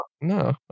No